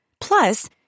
Plus